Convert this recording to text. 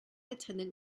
attendant